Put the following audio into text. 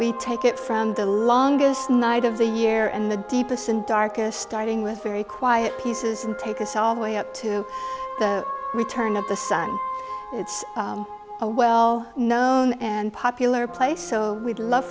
we take it from the longest night of the year and the deepest and darkest starting with very quiet pieces and take us all the way up to the return of the sun it's a well known and popular place so we'd love